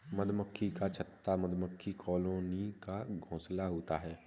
मधुमक्खी का छत्ता मधुमक्खी कॉलोनी का घोंसला होता है